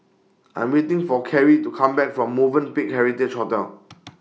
I'm waiting For Karie to Come Back from Movenpick Heritage Hotel